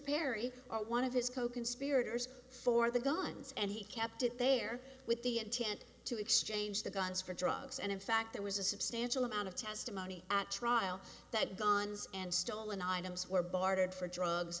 perry or one of his coconspirators for the guns and he kept it there with the intent to exchange the guns for drugs and in fact there was a substantial amount of testimony at trial that dawn's and stolen items were bartered for drugs